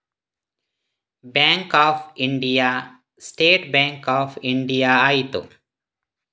bank of India State Bank of India ಆಯಿತು